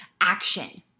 action